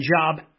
job